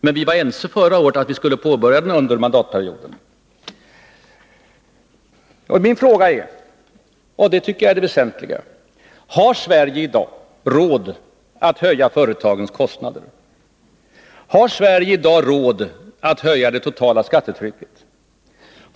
Men vi var förra året ense om att vi skulle påbörja den under mandatperioden. Mina frågor är — och det tycker jag är det väsentliga: Har Sverige i dag råd att höja företagens kostnader? Har Sverige i dag råd att höja det totala skattetrycket?